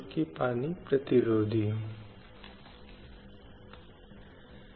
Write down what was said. किसी व्यक्ति के अधिकारों का खंडन और किसी व्यक्ति के लिंग के आधार पर इस तरह का इनकार ऐसा भेदभाव नहीं होना चाहिए